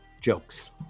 jokes